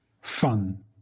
fun